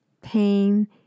pain